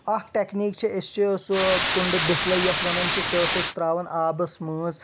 اکھ ٹٮ۪کنیٖک چھِ أسۍ چھِ سُہ کُنڈٕ بسلٕے یتھ ونان چھِ سہُ ٲسۍ أسۍ ترٛاوان آبس مٲنٛز